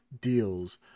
deals